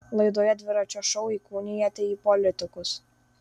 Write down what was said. laidoje dviračio šou įkūnijate į politikus